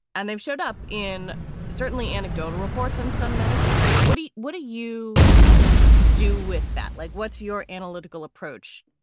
and they've showed up in certainly anecdotal reports and some medical data. woody, what do you do with that? like, what's your analytical approach?